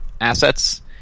assets